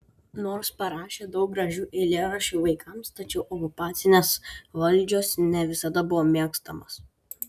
nors parašė daug gražių eilėraščių vaikams tačiau okupacinės valdžios ne visada buvo mėgstamas